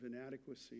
inadequacy